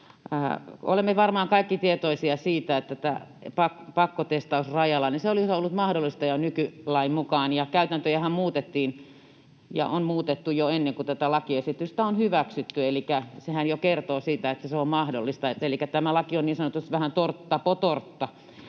Olemme varmaan kaikki tietoisia siitä, että tämä pakkotestaus rajalla olisi ollut mahdollista jo nykylain mukaan. Käytäntöjähän muutettiin ja on muutettu jo ennen kuin tätä lakiesitystä on hyväksytty, elikkä sehän jo kertoo siitä, että se on mahdollista. Elikkä tämä laki on niin sanotusti vähän tårta på tårta,